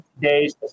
days